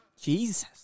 Jesus